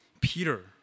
Peter